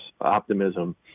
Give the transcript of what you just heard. optimism